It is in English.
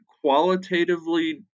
qualitatively